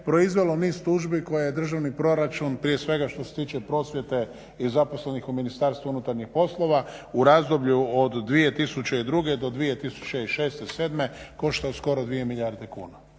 proizvelo niz tužbi koje je državni proračun prije svega što se tiče prosvjete i zaposlenih u Ministarstvu unutarnjih poslova u razdoblju od 2002.-2006., 2007. koštao skoro 2 milijarde kuna.